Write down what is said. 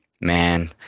Man